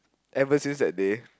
ever since that day